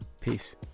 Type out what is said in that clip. Peace